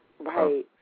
Right